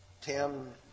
Tim